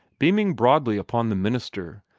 beaming broadly upon the minister,